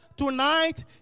Tonight